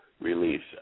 release